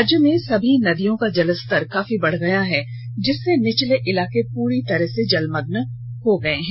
राज्य में सभी नदियों का जलस्तर काफी बढ़ गया है जिससे निचले इलाके पुरी तरह से जलमग्न हो गए हैं